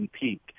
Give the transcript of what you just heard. peak